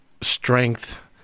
strength